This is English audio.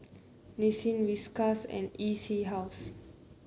Nissin Whiskas and E C House